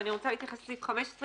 ואני רוצה להתייחס לסעיף 15,